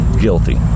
guilty